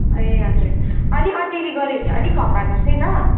ए हजुर अलि अटेरी गर्यो भने अलिक हकार्नुहोस् है ल